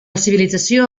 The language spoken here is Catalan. civilització